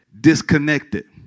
disconnected